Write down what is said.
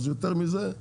אז יותר מזה,